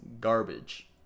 garbage